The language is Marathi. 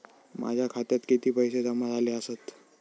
माझ्या खात्यात किती पैसे जमा झाले आसत?